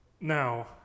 Now